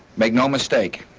make no mistake,